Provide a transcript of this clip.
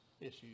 issues